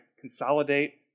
consolidate